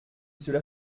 cela